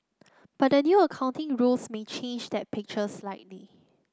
but new accounting rules may change that picture slightly